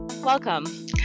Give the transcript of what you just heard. Welcome